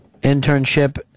internship